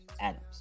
Adams